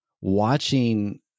watching